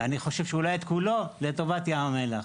אני חושב שאולי את כולו, לטובת ים המלח,